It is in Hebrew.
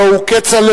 הלוא הוא כצל'ה,